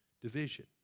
Division